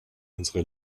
unsere